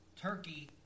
turkey